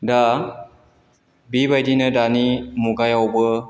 दा बेबायदिनो दानि मुगायावबो